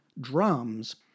drums